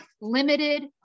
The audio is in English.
limited